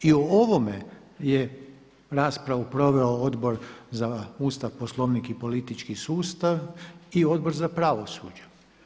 I o ovome je raspravu proveo Odbor za Ustav, Poslovnik i politički sustav i Odbor za pravosuđe.